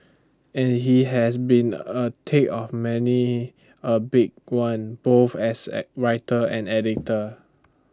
and he has been A thick of many A big one both as A writer and editor